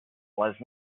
was